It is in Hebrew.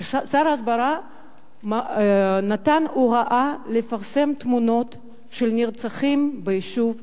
ששר ההסברה נתן הוראה לפרסם תמונות של הנרצחים ביישוב איתמר.